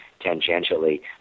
tangentially